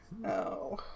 No